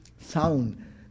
sound